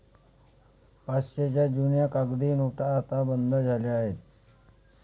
पाचशेच्या जुन्या कागदी नोटा आता बंद झाल्या आहेत